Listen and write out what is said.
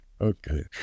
Okay